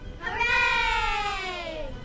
Hooray